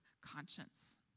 conscience